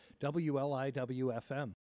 WLIWFM